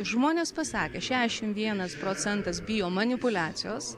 žmonės pasakė šešiasdešimt vienas procentas bijo manipuliacijos